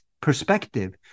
perspective